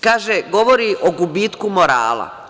Kaže, govori o gubitku morala.